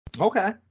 Okay